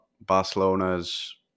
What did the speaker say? Barcelona's